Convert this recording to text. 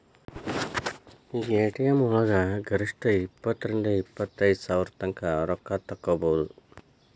ಈಗ ಎ.ಟಿ.ಎಂ ವಳಗ ಗರಿಷ್ಠ ಇಪ್ಪತ್ತರಿಂದಾ ಇಪ್ಪತೈದ್ ಸಾವ್ರತಂಕಾ ರೊಕ್ಕಾ ತಗ್ಸ್ಕೊಬೊದು